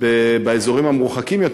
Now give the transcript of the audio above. באזורים המרוחקים יותר,